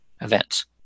events